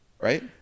right